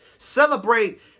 Celebrate